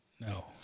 no